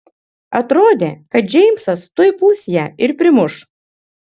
atrodė kad džeimsas tuoj puls ją ir primuš